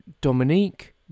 Dominique